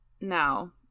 now